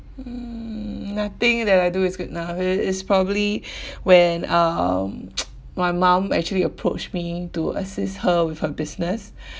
mm nothing that I do is good enough it is probably when um my mum actually approached me to assist her with her business